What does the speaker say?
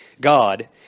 God